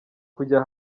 kujya